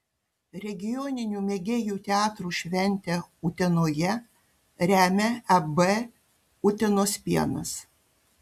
regioninių mėgėjų teatrų šventę utenoje remia ab utenos pienas